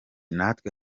natwe